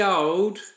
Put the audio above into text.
old